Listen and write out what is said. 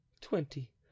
Twenty